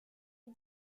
est